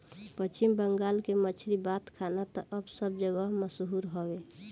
पश्चिम बंगाल के मछरी बात खाना तअ सब जगही मसहूर हवे